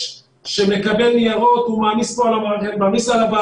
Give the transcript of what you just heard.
שמקבל ניירות הוא מעמיס על הוועדות,